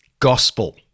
Gospel